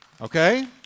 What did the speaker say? Okay